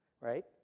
right